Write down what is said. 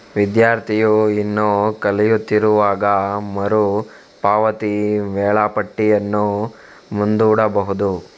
ವಿದ್ಯಾರ್ಥಿಯು ಇನ್ನೂ ಕಲಿಯುತ್ತಿರುವಾಗ ಮರು ಪಾವತಿ ವೇಳಾಪಟ್ಟಿಯನ್ನು ಮುಂದೂಡಬಹುದು